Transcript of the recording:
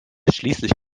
schließlich